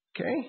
Okay